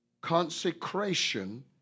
consecration